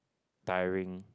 tiring